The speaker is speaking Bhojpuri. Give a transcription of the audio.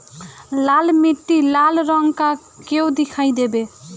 लाल मीट्टी लाल रंग का क्यो दीखाई देबे?